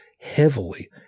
heavily